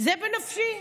זה בנפשי.